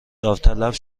داوطلب